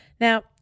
Now